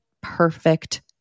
perfect